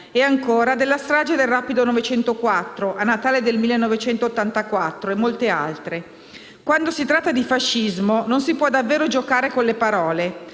e, ancora, della strage del rapido 904, a Natale del 1984 e di molte altre. Quando si tratta di fascismo non si può davvero giocare con le parole.